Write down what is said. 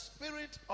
Spirit